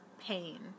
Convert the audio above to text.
pain